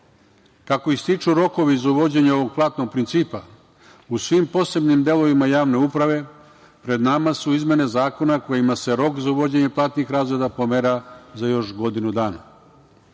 ističu rokovi za uvođenje ovog platnog principa u svim posebnim delovima javne uprave pred nama su izmene zakona kojima se rok za uvođenje platnih razreda pomera za još godinu dana. Kao